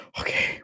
okay